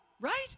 right